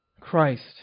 Christ